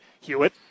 Hewitt